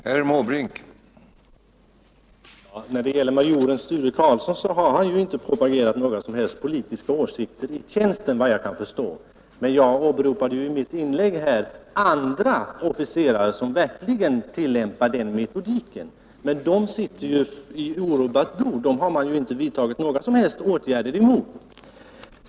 Herr talman! När det gäller majoren Sture Karlsson har han inte propagerat för några som helst politiska åsikter i tjänsten, såvitt jag kan förstå. Men jag åberopade ju i mitt inlägg andra officerare som verkligen tillämpar den metodiken. De sitter emellertid i orubbat bo — dem har man inte vidtagit några som helst åtgärder mot.